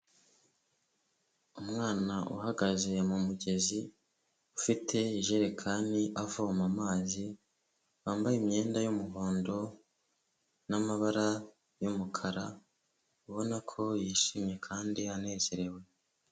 Umwana uhagaze mu mugezi ufite ijerekani avoma amazi wambaye imyenda y'umuhondo n'amabara y'umukara ubona ko yishimye kandi anezerewe.